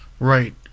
Right